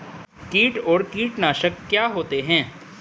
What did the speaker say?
कीट और कीटनाशक क्या होते हैं?